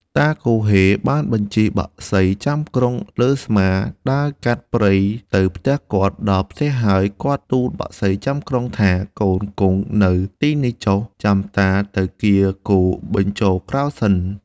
តាគហ៊េបានបញ្ជិះបក្សីចាំក្រុងលើស្មា ដើរកាត់ព្រៃទៅផ្ទះគាត់ ដល់ផ្ទះហើយ គាត់ទូលបក្សីចាំក្រុងថា "កូនគង់នៅទីនេះចុះ ចាំតាទៅកៀរគោបញ្ចូល ក្រោលសិន"។